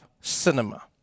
cinema